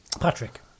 Patrick